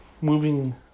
moving